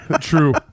true